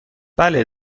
بله